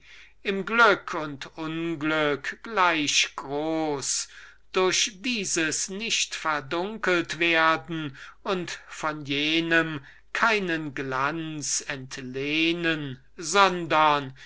im glück und im unglück gleich groß durch dieses nicht verdunkelt werden und von jenem keinen glanz entlehnen sondern